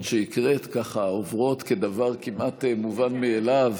שהקראת ככה עוברות כדבר כמעט מובן מאליו,